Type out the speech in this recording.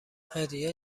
هدیه